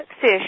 fish